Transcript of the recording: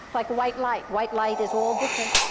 like white light. white light is all different